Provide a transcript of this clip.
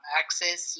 access